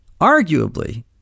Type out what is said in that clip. arguably